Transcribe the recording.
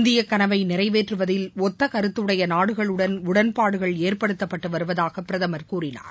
இந்திய கனவை நிறைவேற்றுவதில் ஒத்த கருத்துடைய நாடுகளுடன் உடன்பாடுகள் ஏற்படுத்தப்பட்டு வருவதாக பிரதமர் கூறினார்